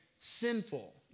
sinful